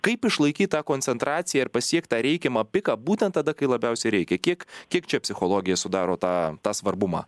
kaip išlaikyt tą koncentraciją ir pasiekt tą reikiamą piką būtent tada kai labiausiai reikia kiek kiek čia psichologija sudaro tą tą svarbumą